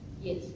Yes